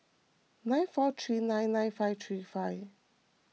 nine four three nine nine five three five